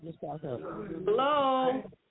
Hello